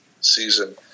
season